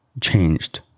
changed